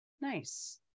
Nice